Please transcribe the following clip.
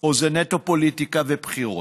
או זה נטו פוליטיקה ובחירות?